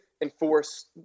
enforce